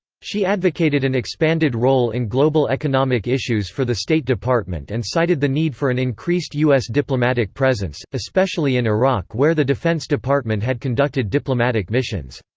she advocated an expanded role in global economic issues for the state department and cited the need for an increased u s. diplomatic presence, especially in iraq where the defense department had conducted diplomatic missions.